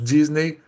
Disney